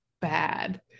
bad